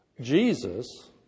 Jesus